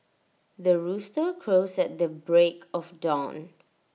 the rooster crows at the break of dawn